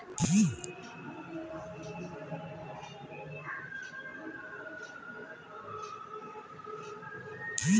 सरकार, सरकारी स्तर पर ढेरे योजना खातिर बजट से फंडिंग करेले